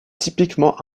typiquement